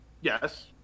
Yes